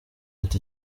ati